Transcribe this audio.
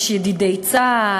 יש ידידי צה"ל,